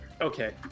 Okay